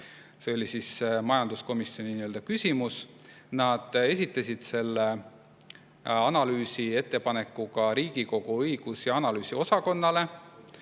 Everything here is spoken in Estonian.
See oli majanduskomisjoni küsimus, nad esitasid selle koos analüüsiettepanekuga Riigikogu õigus‑ ja analüüsiosakonnale.